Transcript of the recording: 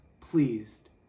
pleased